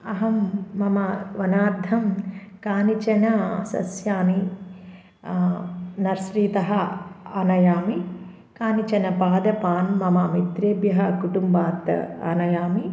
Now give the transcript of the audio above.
अहं मम वनार्थं कानिचन सस्यानि नर्स्रीतः आनयामि कानिचन पादपान् मम मित्रेभ्यः कुटुम्बात् आनयामि